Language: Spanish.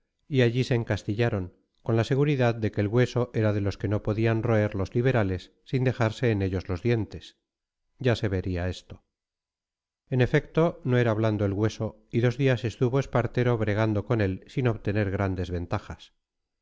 y allí se encastillaron con la seguridad de que el hueso era de los que no podían roer los liberales sin dejarse en ellos los dientes ya se vería esto en efecto no era blando el hueso y dos días estuvo espartero bregando con él sin obtener grandes ventajas